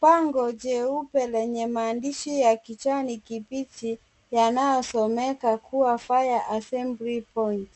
Bango jeupe lenye maandishi ya kijani kibichi yanayosomeka kuwa fire assembly point ,